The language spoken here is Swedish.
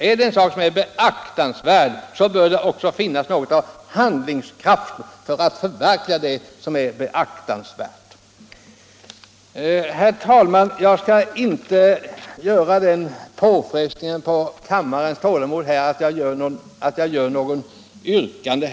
Om syftet är beaktansvärt, bör man också kunna visa någon handlingskraft för att förverkliga det. Herr talman! Jag skall inte fresta kammarledamöternas tålamod med att ställa något yrkande.